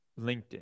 linkedin